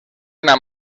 una